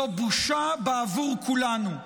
זאת בושה עבור כולנו.